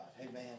Amen